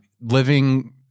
Living